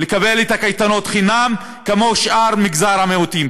לקבל את הקייטנות חינם כמו שאר מגזרי המיעוטים.